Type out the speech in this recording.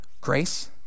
grace